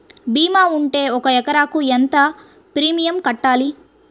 భీమా ఉంటే ఒక ఎకరాకు ఎంత ప్రీమియం కట్టాలి?